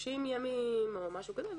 30 ימים או משהו כזה.